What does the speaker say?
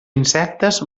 insectes